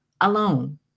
alone